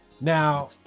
Now